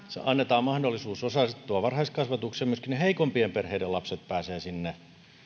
annetaan mahdollisuus osallistua varhaiskasvatukseen myöskin ne heikompien perheiden lapset pääsevät sinne